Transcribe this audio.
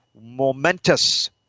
momentous